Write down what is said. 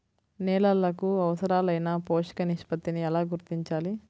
నేలలకు అవసరాలైన పోషక నిష్పత్తిని ఎలా గుర్తించాలి?